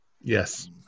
yes